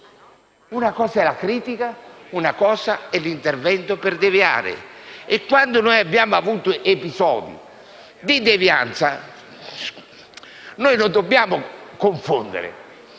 Una cosa è la critica ed un'altra è l'intervento per deviare. Noi abbiamo avuto episodi di devianza, ma non dobbiamo confondere.